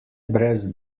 brez